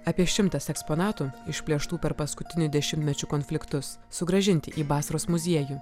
apie šimtas eksponatų išplėštų per paskutinių dešimtmečių konfliktus sugrąžinti į basros muziejų